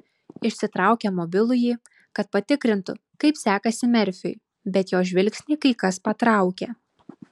išsitraukė mobilųjį kad patikrintų kaip sekasi merfiui bet jos žvilgsnį kai kas patraukė